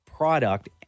product